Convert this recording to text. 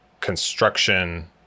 construction